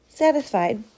Satisfied